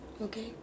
Okay